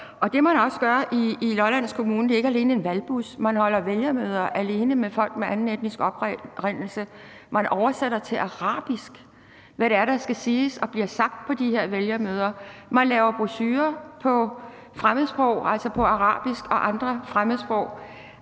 Det, man også gør i Lolland Kommune, er ikke alene en valgbus. Man holder vælgermøder alene med folk af anden etnisk oprindelse. Man oversætter til arabisk, hvad der skal siges og bliver sagt på de her vælgermøder. Man laver brochurer på fremmedsprog, altså på arabisk og andre fremmedsprog,